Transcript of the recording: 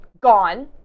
gone